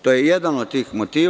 To je jedan od motiva.